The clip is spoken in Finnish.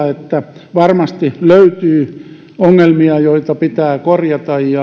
että varmasti löytyy ongelmia joita pitää korjata